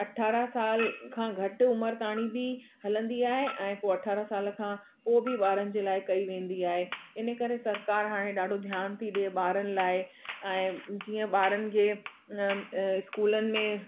अठारह साल खां घटि उमिरि ताणी बि हलंदी आहे ऐं पोइ अठारह साल खां पोइ बि ॿारनि जे लाइ कई वेंदी आहे इन करे सरकार हाणे ॾाढो ध्यानु थी ॾिए ॿारनि लाइ ऐं जीअं ॿारनि खे इस्कूलनि में